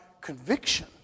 conviction